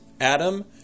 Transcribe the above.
Adam